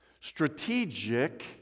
strategic